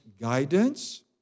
guidance